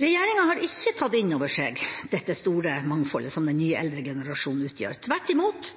Regjeringa har ikke tatt inn over seg dette store mangfoldet som den nye eldregenerasjonen utgjør – tvert imot.